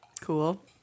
Cool